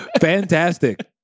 Fantastic